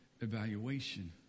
evaluation